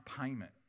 payment